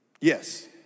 Yes